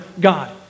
God